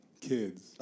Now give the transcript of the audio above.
kids